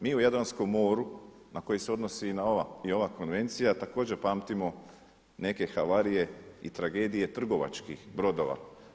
Mi u Jadranskom moru na koji se odnosi i ova konvencija također pamtimo neke havarije i tragedije trgovačkih brodova.